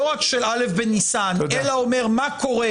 לא רק של א' בניסן אלא אומר מה קורה